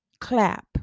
clap